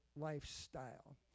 lifestyle